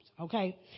okay